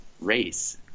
race